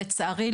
לצערי,